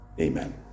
Amen